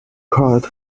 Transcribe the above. court